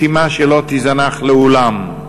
משימה שלא תיזנח לעולם,